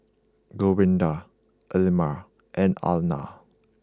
Gwenda Elmira and Alanna